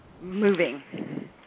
moving